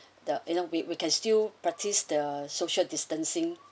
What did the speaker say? the you know we we can still practice the social distancing